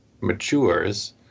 matures